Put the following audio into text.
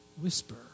whisper